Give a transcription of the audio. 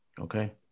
Okay